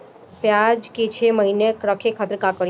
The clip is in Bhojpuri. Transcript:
प्याज के छह महीना रखे खातिर का करी?